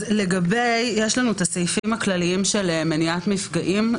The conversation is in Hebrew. יש לנו את הסעיפים הכלליים של מניעת מפגעים,